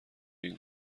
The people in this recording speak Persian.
این